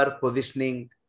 positioning